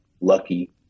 lucky